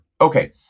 okay